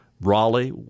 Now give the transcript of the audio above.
Raleigh